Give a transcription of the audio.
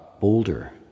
boulder